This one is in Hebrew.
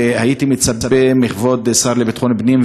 והייתי מצפה מכבוד השר לביטחון פנים,